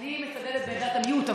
אני מצדדת בעמדת המיעוט.